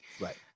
Right